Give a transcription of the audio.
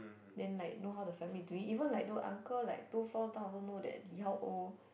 then like know how the family is doing even like the uncle like two floors down also know that he how old